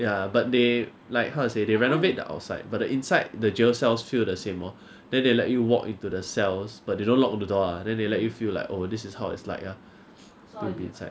ya but they like how to say they renovate the outside but the inside the jail cells feel the same orh then they let you walk into the cells but they don't lock the door ah then they let you feel like oh this is how it's like to be inside